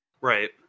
Right